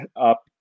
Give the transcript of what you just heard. up